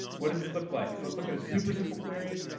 what does this look like? so let's look at a super simple query.